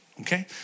okay